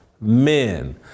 men